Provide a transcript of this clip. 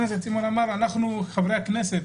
חבר הכנסת דוידסון אמר, אנחנו חברי הכנסת